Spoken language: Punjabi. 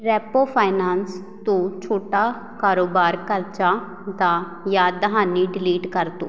ਰੈਪੋ ਫਾਈਨਾਂਸ ਤੋਂ ਛੋਟਾ ਕਾਰੋਬਾਰ ਕਰਜ਼ਾ ਦਾ ਯਾਦ ਦਹਾਨੀ ਡਿਲੀਟ ਕਰ ਦਿਓ